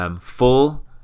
full